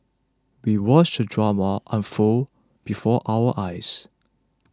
we watched the drama unfold before our eyes